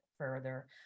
further